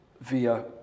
via